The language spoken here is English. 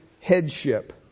headship